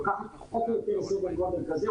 לוקחת --- מסדר גודל כזה,